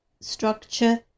structure